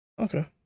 Okay